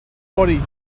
body